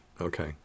Okay